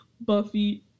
Buffy